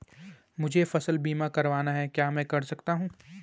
मुझे फसल बीमा करवाना है क्या मैं कर सकता हूँ?